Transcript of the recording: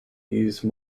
use